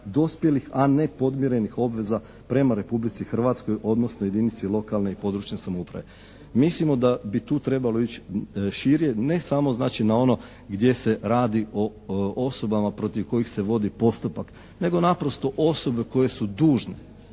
dospjelih, a ne podmirenih obveza prema Republici Hrvatskoj, odnosno jedinici lokalne i područne samouprave. Mislimo da bi tu trebalo ići šire, ne samo znači na ono gdje se radi o osobama protiv kojih se vodi postupak nego naprosto osobe koje su dužne,